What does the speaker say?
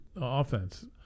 offense